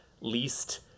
least